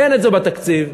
אין בתקציב.